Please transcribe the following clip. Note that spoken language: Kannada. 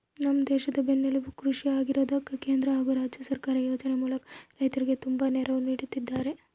ನಮ್ಮ ದೇಶದ ಬೆನ್ನೆಲುಬು ಕೃಷಿ ಆಗಿರೋದ್ಕ ಕೇಂದ್ರ ಹಾಗು ರಾಜ್ಯ ಸರ್ಕಾರ ಯೋಜನೆ ಮೂಲಕ ರೈತರಿಗೆ ತುಂಬಾ ನೆರವು ನೀಡುತ್ತಿದ್ದಾರೆ